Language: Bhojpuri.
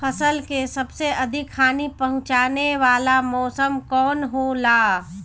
फसल के सबसे अधिक हानि पहुंचाने वाला मौसम कौन हो ला?